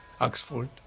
Oxford